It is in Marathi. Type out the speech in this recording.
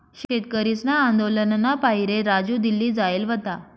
शेतकरीसना आंदोलनना पाहिरे राजू दिल्ली जायेल व्हता